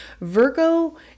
Virgo